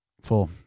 Four